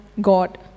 God